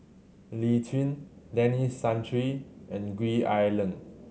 Lee Tjin Denis Santry and Gwee Ah Leng